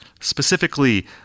specifically